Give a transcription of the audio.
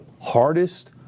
hardest